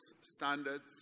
standards